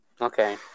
Okay